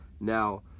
now